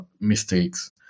mistakes